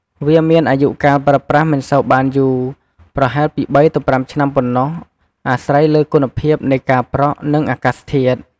វាមាន អាយុកាលប្រើប្រាស់មិនសូវបានយូរ ប្រហែលពី ៣ ទៅ ៥ ឆ្នាំប៉ុណ្ណោះ អាស្រ័យលើគុណភាពនៃការប្រក់ និងអាកាសធាតុ។